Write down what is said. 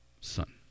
Son